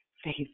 Faith